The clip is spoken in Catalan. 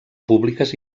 públiques